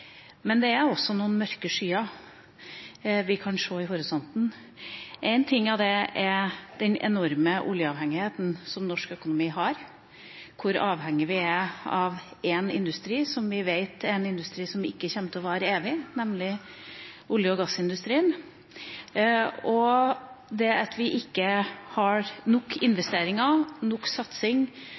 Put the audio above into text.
Men vi kan også se noen mørke skyer i horisonten. Én ting er den enorme oljeavhengigheten som norsk økonomi har – hvor avhengig vi er av én industri, en industri som vi vet ikke kommer til å vare evig, nemlig olje- og gassindustrien. Noe annet er at vi ikke investerer i og satser nok